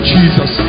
Jesus